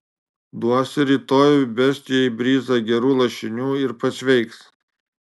duosi rytoj bestijai bryzą gerų lašinių ir pasveiks